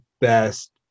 best